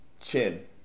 Chin